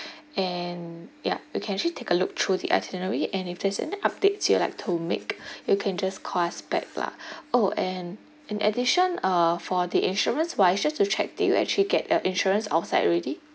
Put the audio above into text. and yeah you can actually take a look through the itinerary and if there's any updates you like to make you can just call us back lah oh and in addition uh for the insurance wise just to check do you actually get your insurance outside already